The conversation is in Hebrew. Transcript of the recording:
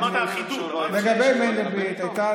ואמרת "אחידות" לגבי מנדלבליט הייתה